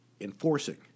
enforcing